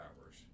hours